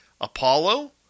Apollo